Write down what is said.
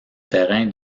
terrain